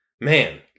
man